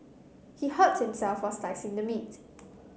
he hurt himself while slicing the meat